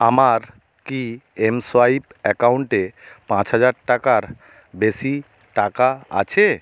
আমার কি এমসোয়াইপ অ্যাকাউন্টে পাঁচ হাজার টাকার বেশি টাকা আছে